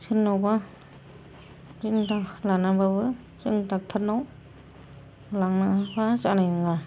सोरनावबा बिदिनो दाहार लानानैबाबो जों डक्ट'रनाव लाङाबा जानाय नङा